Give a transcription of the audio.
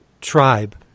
tribe